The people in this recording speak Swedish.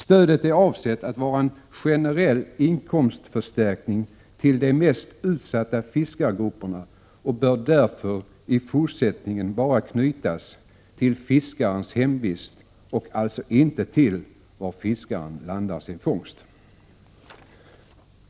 Stödet är avsett att vara en generell inkomstförstärkning till de mest utsatta fiskargrupperna och bör därför i fortsättningen bara knytas till fiskarnas hemvist och alltså inte till var fiskarna landar sin fångst.